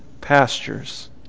pastures